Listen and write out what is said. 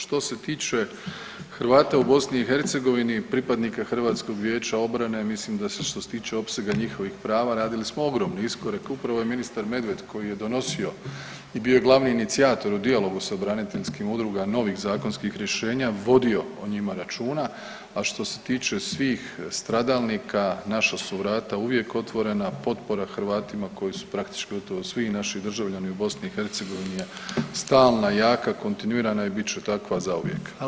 Što se tiče Hrvata u BiH i pripadnika HVO-a mislim da se što se tiče opsega njihovih prava radili smo ogromni iskorak, upravo je ministar Medved koji je donosio i bio glavni inicijator u dijalogu sa braniteljskim udrugama novih zakonskih rješenja vodio o njima računa, a što se tiče svih stradalnika naša su vrata uvijek otvorena, potpora Hrvatima koji su praktički, gotovo svi naši državljani u BiH stalna i jaka, kontinuirana i bit će takva zauvijek.